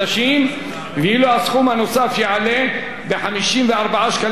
ואילו הסכום הנוסף יעלה ב-54 שקלים חדשים בלבד.